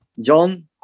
John